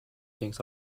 things